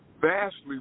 vastly